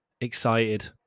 excited